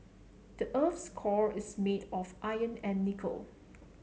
the earth's core is made of iron and nickel